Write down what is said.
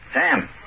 Sam